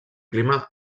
clima